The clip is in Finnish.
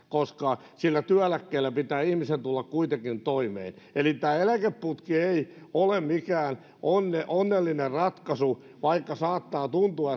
koska sillä työeläkkeellä pitää ihmisen tulla kuitenkin toimeen eli tämä eläkeputki ei ole mikään onnellinen ratkaisu vaikka saattaa tuntua